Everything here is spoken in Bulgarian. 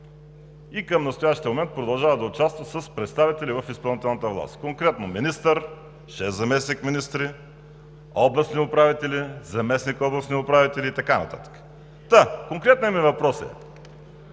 и към настоящия момент продължава да участва с представители в изпълнителната власт – министър, шест заместник-министри, областни управители, заместник-областни управители и така нататък. Конкретният ми въпрос е: